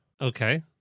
Okay